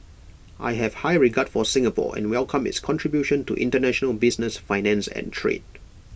I have high regard for Singapore and welcome its contribution to International business finance and trade